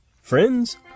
friends